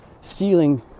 stealing